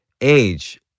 age